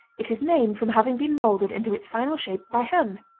it is named from having been molded into its final shape by hand.